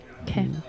Okay